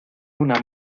una